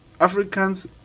Africans